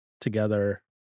together